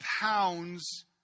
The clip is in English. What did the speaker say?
pounds